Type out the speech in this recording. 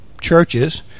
churches